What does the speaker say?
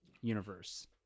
universe